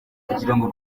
kugirango